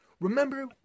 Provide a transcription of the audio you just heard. Remember